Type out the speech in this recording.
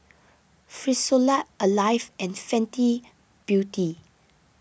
Frisolac Alive and Fenty Beauty